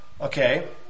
Okay